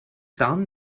down